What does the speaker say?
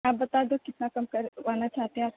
آپ بتا دو کتنا کم کروانا چاہتے ہیں آپ